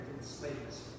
slaves